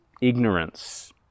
ignorance